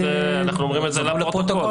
אנחנו אומרים את זה גם לפרוטוקול.